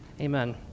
Amen